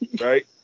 Right